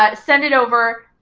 ah send it over.